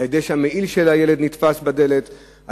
כשהמעיל של הילד נתפס בדלת,